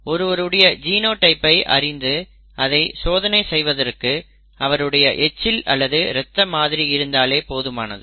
ஒருவருடைய ஜினோடைப்பை அறிந்து அதை சோதனை செய்வதற்கு அவருடைய எச்சில் அல்லது இரத்த மாதிரி இருந்தாலே போதுமானது